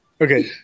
Okay